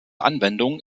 anwendung